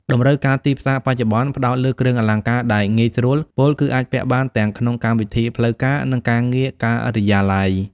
តម្រូវការទីផ្សារបច្ចុប្បន្ន ផ្ដោតលើគ្រឿងអលង្ការដែល "ងាយស្រួល" ពោលគឺអាចពាក់បានទាំងក្នុងកម្មវិធីផ្លូវការ និងការងារការិយាល័យ។